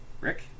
Rick